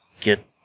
get